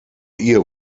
ihr